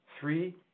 Three